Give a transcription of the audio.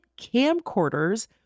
camcorders